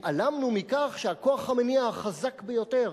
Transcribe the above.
התעלמנו מכך שהכוח המניע החזק ביותר